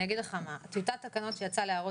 אני אגיד לך מה: טיוטת התקנות שיצאה להערות